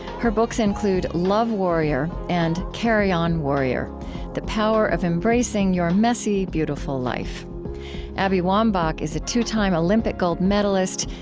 her books include love warrior and carry on, warrior the power of embracing your messy, beautiful life abby wambach is a two-time olympic gold medalist,